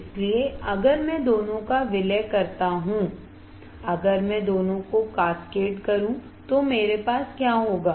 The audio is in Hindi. इसलिए अगर मैं दोनों का विलय करता हूं अगर मैं दोनों को कैसकेड करूं तो मेरे पास क्या होगा